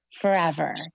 forever